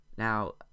Now